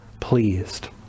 pleased